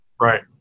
Right